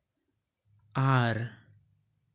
ᱟᱨ